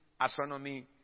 Astronomy